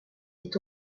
est